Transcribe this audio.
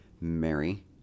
Mary